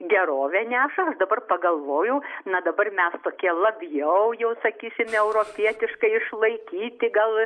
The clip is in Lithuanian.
gerovę neša aš dabar pagalvojau na dabar mes tokie labjau jau sakysim europietiškai išlaikyti gal